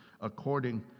according